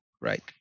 right